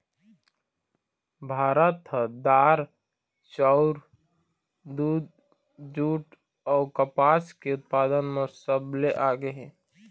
भारत ह दार, चाउर, दूद, जूट अऊ कपास के उत्पादन म सबले आगे हे